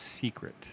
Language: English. secret